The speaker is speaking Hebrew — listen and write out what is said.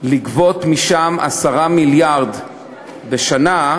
לגבות משם 10 מיליארד בשנה,